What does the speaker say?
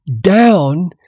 down